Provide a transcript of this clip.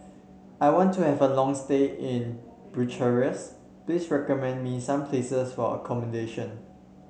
I want to have a long stay in Bucharest please recommend me some places for accommodation